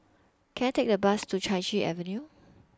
Can I Take A Bus to Chai Chee Avenue